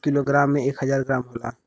एक kilogram में एक हजार ग्राम होला